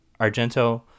Argento